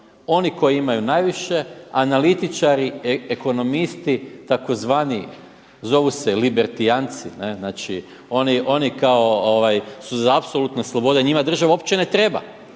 oni koji imaju najviše, analitičari, ekonomisti, tzv. libertijanci. Oni kao su za apsolutne slobode, njima država uopće ne treba.